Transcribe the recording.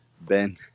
Ben